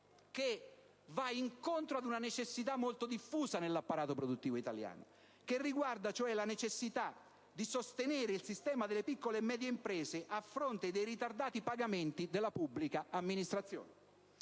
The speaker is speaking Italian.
che va incontro ad una necessità molto diffusa nell'apparato produttivo italiano, e cioè la necessità di sostenere il sistema delle piccole e medie imprese a fronte dei ritardati pagamenti della pubblica amministrazione.